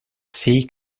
see